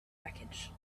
wreckage